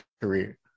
career